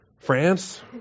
France